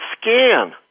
scan